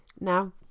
Now